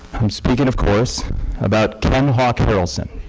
i'm speaking of course about ken hawk harrelson.